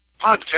podcast